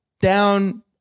down